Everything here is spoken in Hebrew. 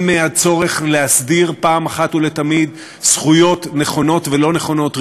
הן מהצורך להסדיר אחת ולתמיד זכויות נכונות ולא נכונות,